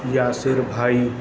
یاسر بھائی